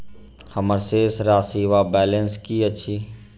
हम्मर शेष राशि वा बैलेंस की अछि?